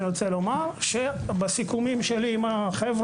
אני רוצה לומר שבסיכומים שלי עם החבר'ה